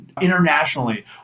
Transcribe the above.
internationally